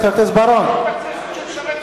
חבר הכנסת כבל, יש לך חמש דקות להתייחס.